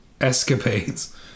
escapades